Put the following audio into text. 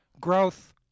growth